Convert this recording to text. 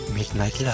Midnight